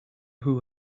who